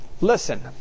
Listen